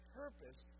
purpose